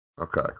Okay